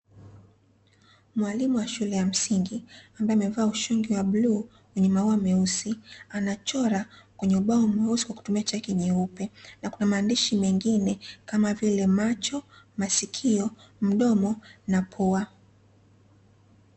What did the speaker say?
Mwalimu wa shule ya msingi ambaye amevaa ushungi wa bluu, wenye maua meusi. Anachora kwenye ubao mweusi kwa kutumia chaki nyeupe. Na kuna maandishi mengine kama vile macho, masikio, mdomo na pua.